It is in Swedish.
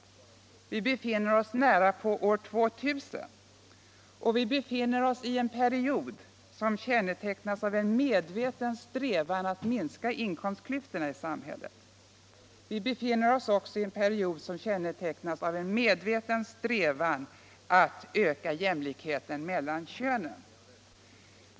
Vi befinner oss nära inpå år 2000. Och vi befinner oss i en period som kännetecknas av en medveten strävan att minska inkomstklyftorna i samhället. Vi befinner oss också i en period som kännetecknas av en medveten strävan att öka jämlikheten mellan könen.